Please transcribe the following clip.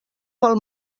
pel